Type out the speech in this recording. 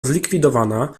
zlikwidowana